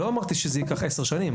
לא אמרתי שזה ייקח עשר שנים.